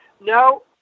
No